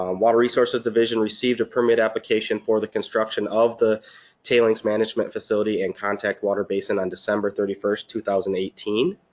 um water resources division received a permit application for the construction of the tailings management facility and contact water basin on december thirty first, two thousand and eighteen.